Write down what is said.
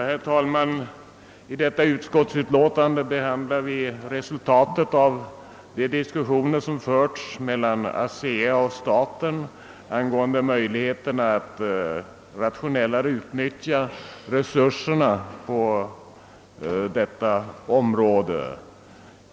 Herr talman! I detta utskottsutlåtande behandlas resultatet av de diskussioner som förts mellan ASEA och staten angående möjligheterna att mera rationellt utnyttja resurserna på atomenergiområdet.